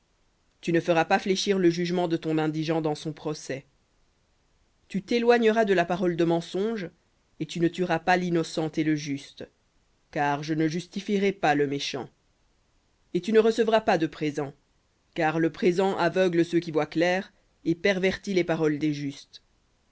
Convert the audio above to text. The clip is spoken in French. tu ne feras pas fléchir le jugement de ton indigent dans son procès tu t'éloigneras de la parole de mensonge et tu ne tueras pas l'innocent et le juste car je ne justifierai pas le méchant et tu ne recevras pas de présent car le présent aveugle ceux qui voient clair et pervertit les paroles des justes